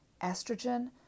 estrogen